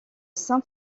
saint